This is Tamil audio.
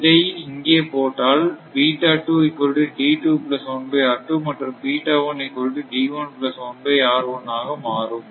இதை இங்கே போட்டால் மற்றும் ஆக மாறும்